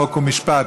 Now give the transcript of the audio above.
חוק ומשפט.